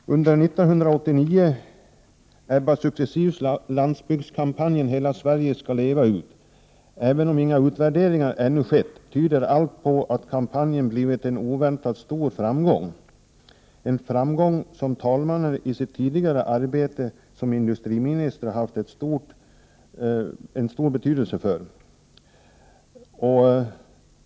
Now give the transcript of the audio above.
Herr talman! Under 1989 ebbar successivt landsbygdskampanjen ”Hela Sverige ska leva” ut. Även om inga utvärderingar ännu har gjorts tyder allt på att kampanjen har blivit en oväntat stor framgång, en framgång som talmannnen i sitt tidigare arbete som industriminister har haft stor betydelse för.